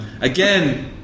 Again